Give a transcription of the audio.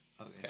okay